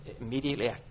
immediately